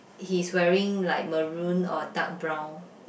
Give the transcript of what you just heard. he's wearing like maroon or dark brown